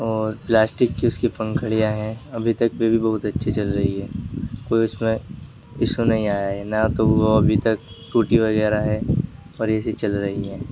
اور پلاسٹک کی اس کی پنکھڑیاں ہیں ابھی تک وہ بھی بہت اچھی چل رہی ہے کوئی اس میں ایشو نہیں آیا ہے نہ تو وہ ابھی تک ٹوٹی وغیرہ ہے اور ایسے ہی چل رہی ہیں